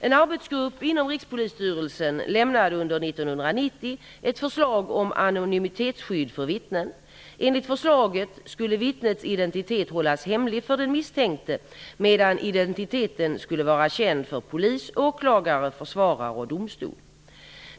En arbetsgrupp inom Rikspolisstyrelsen lämnade under 1990 ett förslag om anonymitetsskydd för vittnen . Enligt förslaget skulle vittnets identitet hållas hemlig för den misstänkte, medan identiteten skulle vara känd för polis, åklagare, försvarare och domstol.